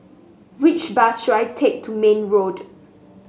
which bus should I take to Mayne Road